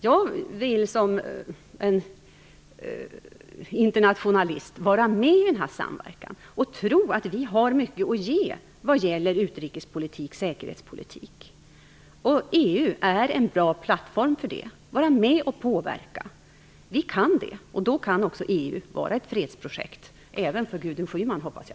Jag vill som internationalist vara med i den här samverkan och tro att vi har mycket att ge när det gäller utrikespolitik och säkerhetspolitik. EU är en bra plattform för att vara med och påverka och vi kan göra det. Då kan också EU vara ett fredsprojekt på sikt även för Gudrun Schyman, hoppas jag.